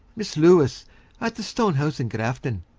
miss lewis at the stone house in grafton.